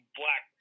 black